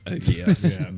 Yes